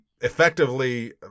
effectively